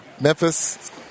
Memphis